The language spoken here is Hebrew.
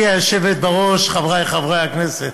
גברתי היושבת בראש, חברי חברי הכנסת,